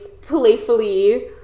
playfully